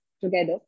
together